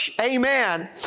Amen